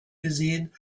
gesehen